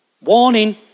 Warning